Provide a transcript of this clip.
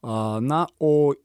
a na o